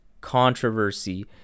controversy